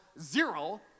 zero